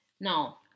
Now